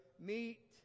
meet